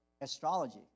astrology